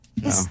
No